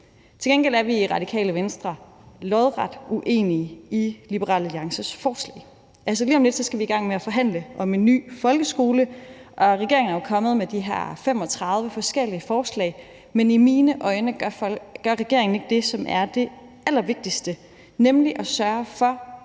til gengæld er vi i Radikale Venstre lodret uenige i Liberal Alliances forslag. Lige om lidt skal vi i gang med at forhandle om en ny folkeskole, og regeringen er kommet med de her 35 forskellige forslag. Men i mine øjne gør regeringen ikke det, som er det allervigtigste, nemlig at sørge for,